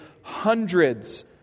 hundreds